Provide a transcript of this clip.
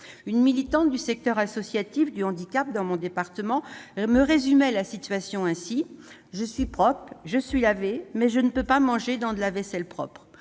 Une militante du secteur associatif du handicap de mon département me résumait la situation ainsi :« Je suis propre, je suis lavée, mais je ne peux pas manger avec de la vaisselle propre !